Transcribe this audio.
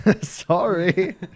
Sorry